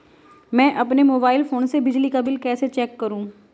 मैं अपने mobile phone से बिजली का बिल कैसे चेक करूं?